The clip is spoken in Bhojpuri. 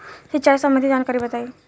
सिंचाई संबंधित जानकारी बताई?